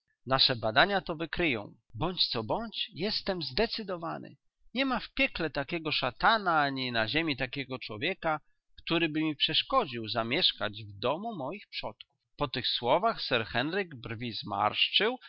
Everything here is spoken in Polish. nasze badania to wykryją bądź co bądź jestem zdecydowany niema w piekle takiego szatana ani na ziemi takiego człowieka któryby mi przeszkodził zamieszkać w domu moich przodków przy tych słowach sir henryk brwi zmarszczył